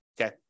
okay